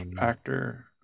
actor